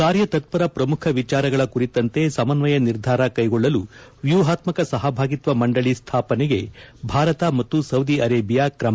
ಕಾರ್ಯತತ್ಸರ ಪ್ರಮುಖ ವಿಚಾರಗಳ ಕುರಿತಂತೆ ಸಮನ್ಸಯ ನಿರ್ಧಾರ ಕೈಗೊಳ್ಳಲು ವ್ಲೂಹಾತ್ಮಕ ಸಹಭಾಗಿತ್ವ ಮಂಡಳಿ ಸ್ಥಾಪನೆಗೆ ಭಾರತ ಮತ್ತು ಸೌದಿ ಅರೆಬಿಯಾ ಕ್ರಮ